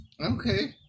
Okay